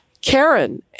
Karen